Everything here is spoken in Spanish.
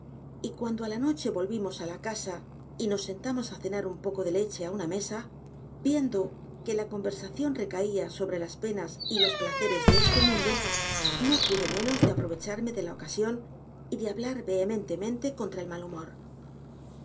y cuando á la noche volvimos á la casa y nos sentamos á cenar un poco de leche á una mesa viendo que la conversación recaía sóbrelas penas y los placeres de este mundo no pude menos de aprovecharme de la ocasión y de hablar vehementemente contra el mal humor